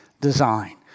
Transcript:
design